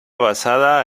basada